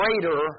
greater